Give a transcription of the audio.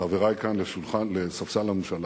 חברי כאן לספסל הממשלה,